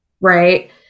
Right